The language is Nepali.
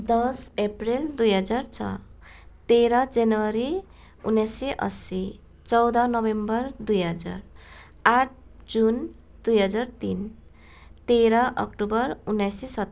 दस अप्रिल दुई हजार छ तेह्र जनवरी उन्नाइस सय असी चौध नोभेम्बर दुई हजार आठ जुन दुई हजार तिन तेह्र अक्टोबर उन्नाइस सय सत्तर